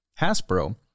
Hasbro